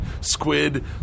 squid